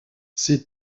ses